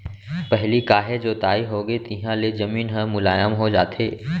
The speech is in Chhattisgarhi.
पहिली काहे जोताई होगे तिहाँ ले जमीन ह मुलायम हो जाथे